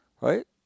Right